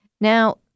Now